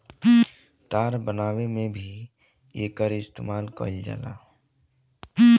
तार बनावे में भी एकर इस्तमाल कईल जाला